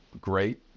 great